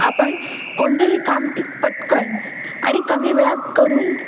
आपण कोणतेही काम पटकन आणि कमी वेळात करून